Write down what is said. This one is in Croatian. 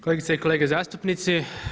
Kolegice i kolege zastupnici.